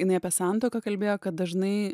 jinai apie santuoką kalbėjo kad dažnai